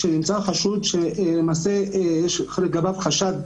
שנמצא בו חשוד שיש לגביו חשד,